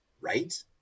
right